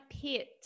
pit